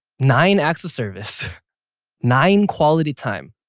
nine acts of service nine quality time